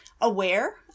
aware